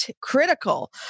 critical